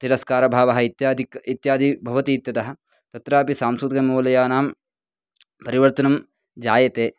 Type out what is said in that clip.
तिरस्कारभावः इत्यादिकं इत्यादि भवति इत्यतः तत्रापि सांस्कृतिकमौल्यानां परिवर्तनं जायते